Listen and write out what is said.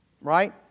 Right